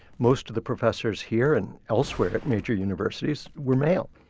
most of the professors here and elsewhere at major universities were male,